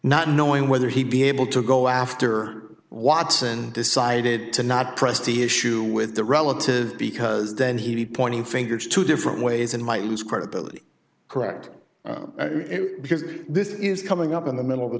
not knowing whether he'd be able to go after watson decided to not pressed the issue with the relative because then he pointing fingers two different ways and might lose credibility correct because this is coming up in the middle of